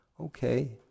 okay